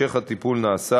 המשך הטיפול נעשה,